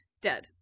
Dead